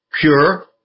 pure